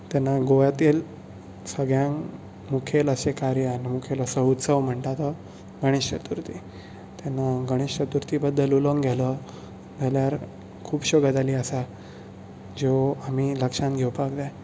तेन्ना गोव्यातील सगळ्यांत मुखेल अशें कार्य आनी मुखेल असो म्हणटा तो गणेश चतुर्थी तेन्ना गणेश चतुर्थी बद्दल उलोवंक गेलो जाल्यार खुबशे गजाली आसा ज्यो आमी लक्षांत घेवपाक जाय